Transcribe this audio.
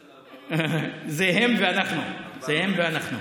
זה הם ואנחנו, זה הם ואנחנו.